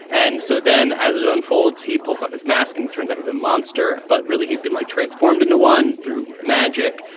and so then as it unfolds, he pulls up his mask and turns out he's a monster. but really, he'd been like transformed into one through magic.